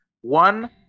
one